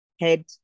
head